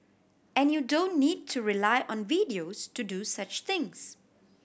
and you don't need to rely on videos to do such things